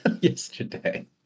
yesterday